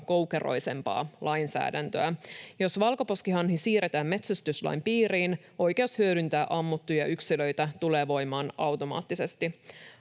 koukeroisempaa lainsäädäntöä. Jos valkoposkihanhi siirretään metsästyslain piiriin, oikeus hyödyntää ammuttuja yksilöitä tulee voimaan automaattisesti.